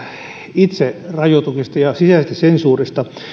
itserajoituksista ja sisäisestä sensuurista